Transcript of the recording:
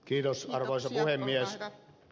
kiitos arvoisa puhemies